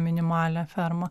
minimalią fermą